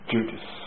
Judas